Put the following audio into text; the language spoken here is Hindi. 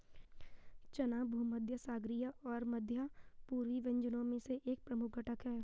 चना भूमध्यसागरीय और मध्य पूर्वी व्यंजनों में एक प्रमुख घटक है